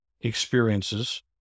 experiences